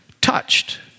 touched